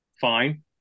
fine